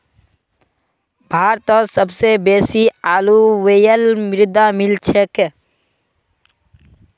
भारतत सबस बेसी अलूवियल मृदा मिल छेक